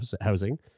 housing